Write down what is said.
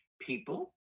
people